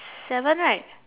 seven right